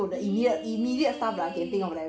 !ee!